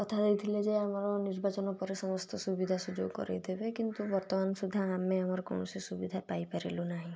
କଥା ଦେଇଥିଲେ ଯେ ଆମର ନିର୍ବାଚନ ପରେ ସମସ୍ତ ସୁବିଧା ସୁଯୋଗ କରେଇ ଦେବେ କିନ୍ତୁ ବର୍ତ୍ତମାନ ସୁଦ୍ଧା ଆମେ ଆମର କୌଣସି ସୁବିଧା ପାଇ ପାରିଲୁ ନାହିଁ